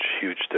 huge